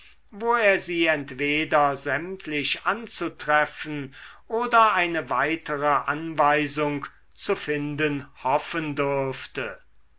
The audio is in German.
wo er sie entweder sämtlich anzutreffen oder eine weitere anweisung zu finden hoffen dürfte